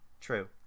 True